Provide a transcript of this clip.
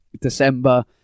December